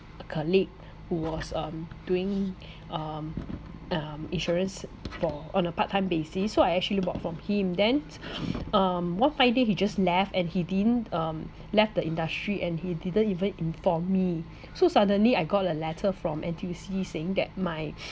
a colleague who was um doing um um insurance for on a part-time basis so I actually bought from him then um one fine day he just left and he didn't um left the industry and he didn't even inform me so suddenly I got a letter from N_T_U_C saying that my